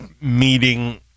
meeting